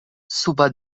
suba